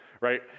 right